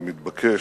שמתבקש.